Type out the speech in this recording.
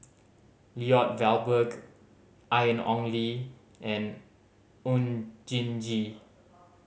Lloyd Valberg Ian Ong Li and Oon Jin Gee